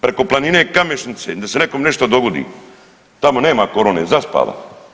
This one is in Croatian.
Preko planine Kamšnice da se nekom nešto dogodi, tamo nema korone zaspala.